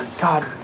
God